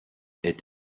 est